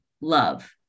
love